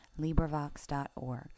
LibriVox.org